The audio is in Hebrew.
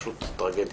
פשוט טרגדיה.